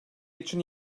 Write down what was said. için